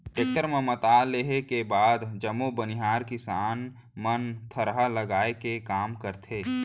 tractor म मता लेहे के बाद जम्मो बनिहार किसान मन थरहा लगाए के काम करथे